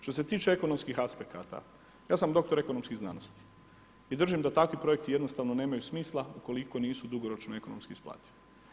Što se tiče ekonomskih aspekata, ja sam doktor ekonomskih znanosti i držim da takvi projekti jednostavno nemaju smisla, ukoliko nisu dugoročno ekonomski isplativi.